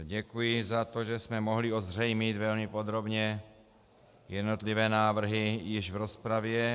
Děkuji za to, že jsme mohli ozřejmit velmi podrobně jednotlivé návrhy již v rozpravě.